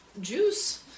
Juice